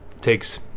takes